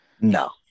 no